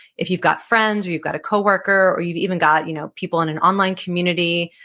if you've got friends or you've got a coworker, or you've even got you know people in an online community,